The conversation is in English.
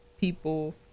people